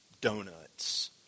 donuts